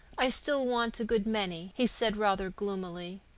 i still want a good many, he said rather gloomily.